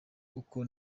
uko